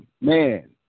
man